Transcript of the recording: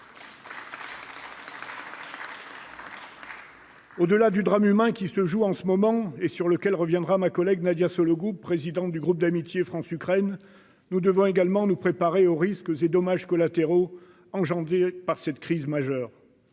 Au-delà du drame humain qui se joue en ce moment, et sur lequel reviendra ma collègue Nadia Sollogoub, présidente du groupe d'amitié France-Ukraine, nous devons également nous préparer au risque et aux dommages collatéraux engendrés par cette crise majeure.